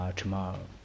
tomorrow